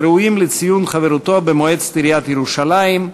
וראויים לציון חברותו במועצת העיר ירושלים,